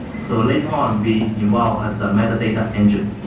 so later on, we evolved as a metadata engine.